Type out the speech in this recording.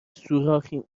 سوراخی